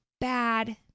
bad